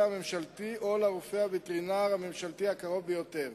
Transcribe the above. הממשלתי או לרופא הווטרינר הממשלתי הקרוב ביותר.